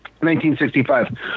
1965